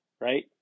right